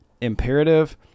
imperative